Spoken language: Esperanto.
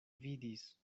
vidis